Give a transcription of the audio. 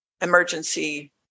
emergency